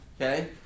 okay